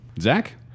Zach